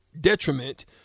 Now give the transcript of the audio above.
detriment